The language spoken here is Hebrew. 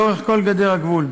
לאורך כל גדר הגבול.